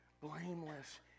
blameless